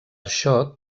això